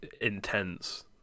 intense